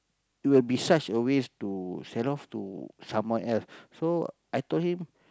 it'll be such a waste to sell off to someone else so I told him